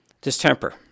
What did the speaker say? Distemper